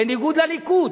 בניגוד לליכוד,